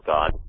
God